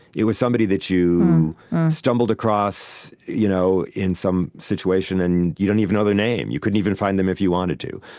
it was somebody that you stumbled across you know in some situation and you don't even know their name. you couldn't even find them if you wanted to.